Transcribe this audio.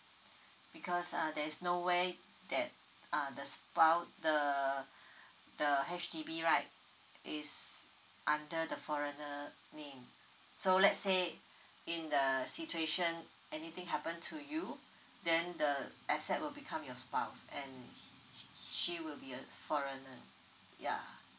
because uh there is no way that uh the spouse the the H_D_B right is under the foreigner name so let's say in the situation anything happen to you then the asset will become your spouse and she will be a foreigner yeah